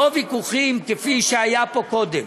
לא ויכוחים כפי שהיה פה קודם,